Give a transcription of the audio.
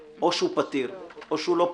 או שהוא פתיר או שהוא לא פתיר.